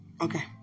Okay